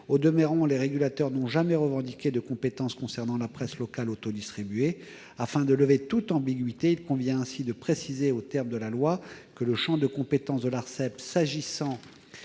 Au demeurant, les régulateurs n'ont jamais revendiqué de compétences concernant la presse locale auto-distribuée. Afin de lever toute ambiguïté, il convient ainsi de préciser dans la loi que le champ de compétence de l'Arcep, s'agissant